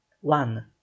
one